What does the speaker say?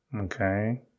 Okay